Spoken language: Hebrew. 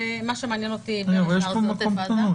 ומה שמעניין אותי זה מה שקורה בעוטף עזה,